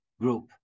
group